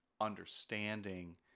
understanding